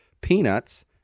peanuts